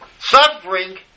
suffering